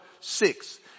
six